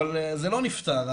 אבל זה לא נפתר.